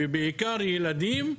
בעיקר ילדים,